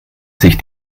sich